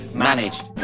managed